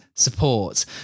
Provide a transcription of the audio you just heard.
support